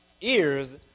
ears